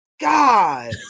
God